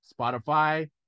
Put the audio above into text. Spotify